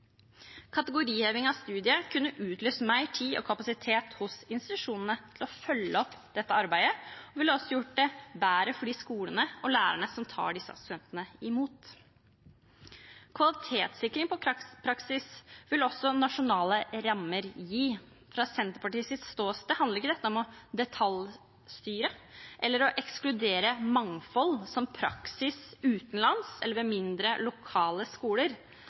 Kategoriheving av studiet kunne utløst mer tid og kapasitet hos institusjonene til å følge opp dette arbeidet. Det ville også gjort det bedre for de skolene og de lærerne som tar imot disse studentene. Kvalitetssikring av praksis vil også nasjonale rammer gi. Fra Senterpartiets ståsted handler ikke dette om å detaljstyre eller å ekskludere mangfold – som f.eks. praksis utenlands eller praksis ved mindre, lokale skoler